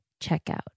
checkout